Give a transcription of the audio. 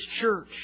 church